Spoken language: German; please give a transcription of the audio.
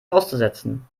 auszusetzen